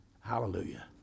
Hallelujah